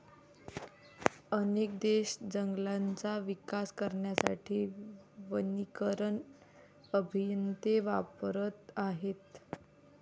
अनेक देश जंगलांचा विकास करण्यासाठी वनीकरण अभियंते वापरत आहेत